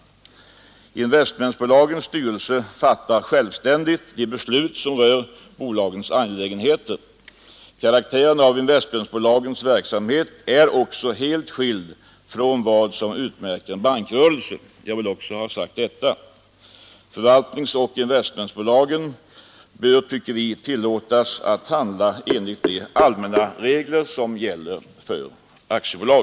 Investmentbolagens styrelser fattar aktiebolag och självständigt de beslut som rör bolagens angelägenheter. Investmentbolaekonomiska förgens verksamhet är också helt skild från vad som utmärker en eningar, m.m. bankrörelse, jag vill även ha sagt detta. Förvaltningsoch investmentbola gen bör, anser vi, tillåtas handla enligt de allmänna regler som gäller för aktiebolag.